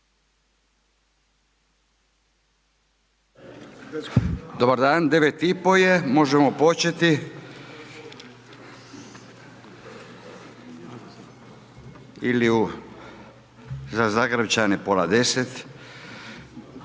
Dobar dan, 9,30 je možemo početi ili za Zagrepčane pola 10.